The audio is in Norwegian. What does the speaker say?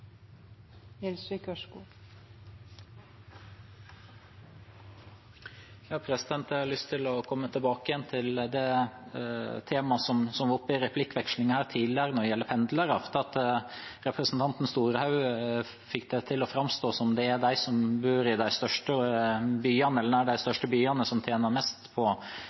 Jeg har lyst å komme tilbake til det temaet som var oppe i replikkvekslingen her tidligere, om pendlere. Representanten Storehaug fikk det til å framstå som om det er de som bor nær de største byene, som tjener mest på innstramming av pendlerfradraget. Men de som virkelig har tapt på politikken etter 2013, er de som må reise langt for å komme seg på